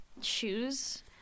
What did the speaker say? shoes